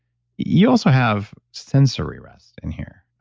you also have sensory rest in here,